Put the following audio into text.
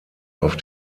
auf